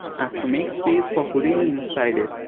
as to make space for houdini inside it.